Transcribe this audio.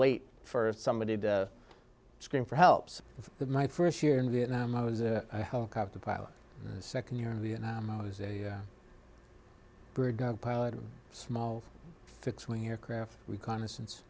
wait for somebody to scream for help so that my first year in vietnam i was a helicopter pilot second year in vietnam i was a bird got a pilot or a small fixed wing aircraft reconnaissance